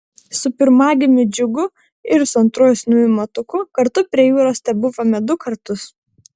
su pirmagimiu džiugu ir su antruoju sūnumi matuku kartu prie jūros tebuvome du kartus